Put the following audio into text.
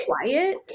quiet